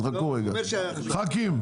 אז ח"כים,